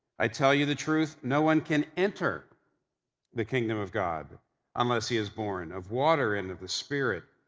i tell you the truth. no one can enter the kingdom of god unless he is born of water and of the spirit.